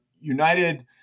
United